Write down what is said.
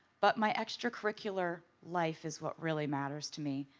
but my extracurricular life is what really matters to me.